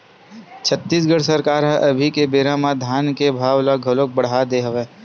छत्तीसगढ़ सरकार ह अभी के बेरा म धान के भाव ल घलोक बड़हा दे हवय